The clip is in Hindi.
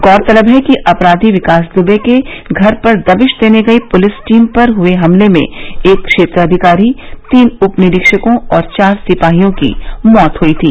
गौरतलब है कि अपराधी विकास दुबे के घर पर दबिश देने गई पुलिस टीम पर हुए हमले में एक क्षेत्राधिकारी तीन उपनिरीक्षकों और चार सिपाहियों की मौत हुई थी